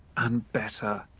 and better,